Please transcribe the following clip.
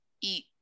eat